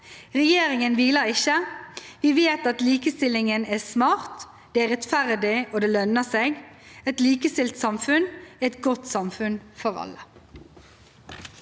Regjeringen hviler ikke. Vi vet at likestilling er smart, det er rettferdig, og det lønner seg. Et likestilt samfunn er et godt samfunn – for alle.